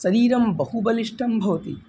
शरीरं बहु बलिष्टं भवति